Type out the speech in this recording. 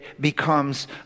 becomes